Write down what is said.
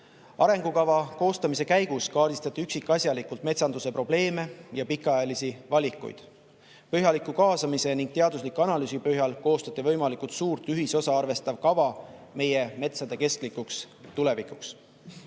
Arengukava koostamise käigus kaardistati üksikasjalikult metsanduse probleeme ja pikaajalisi valikuid. Põhjaliku kaasamise ning teadusliku analüüsi põhjal koostati võimalikult suurt ühisosa arvestav kava meie metsade kestlikuks